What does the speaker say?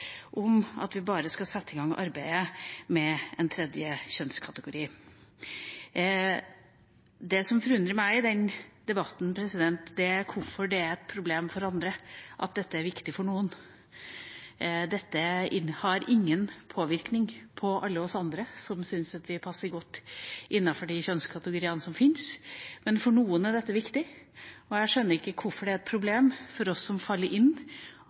om at vi skal sette i gang arbeidet med å innføre en tredje kjønnskategori. Det som forundrer meg i denne debatten, er hvorfor det er et problem for andre at dette er viktig for noen. Dette har ingen påvirkning på alle oss andre, som syns at vi passer godt innenfor de kjønnskategoriene som fins. Men for noen er dette viktig, og jeg skjønner ikke hvorfor det er et problem for oss som faller inn